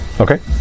Okay